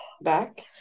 back